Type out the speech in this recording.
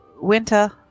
Winter